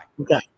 Okay